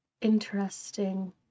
Interesting